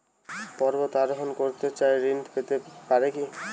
পর্বত আরোহণ করতে চাই ঋণ পেতে পারে কি?